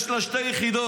יש לה שתי יחידות.